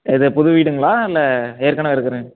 எது புது வீடுங்களா இல்லை ஏற்கனவே இருக்கிற